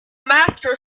master